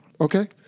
Okay